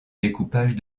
découpage